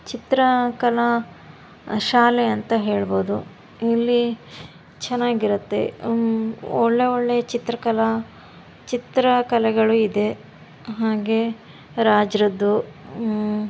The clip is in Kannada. ಚಿತ್ರ ಕಲಾ ಶಾಲೆ ಅಂತ ಹೇಳ್ಬೋದು ಇಲ್ಲಿ ಚೆನ್ನಾಗಿರತ್ತೆ ಒಳ್ಳೆ ಒಳ್ಳೆ ಚಿತ್ರಕಲಾ ಚಿತ್ರಕಲೆಗಳು ಇದೆ ಹಾಗೇ ರಾಜರದ್ದು